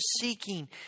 seeking